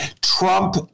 Trump